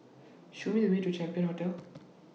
Show Me The Way to Champion Hotel